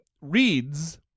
reads